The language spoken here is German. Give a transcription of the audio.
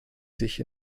sich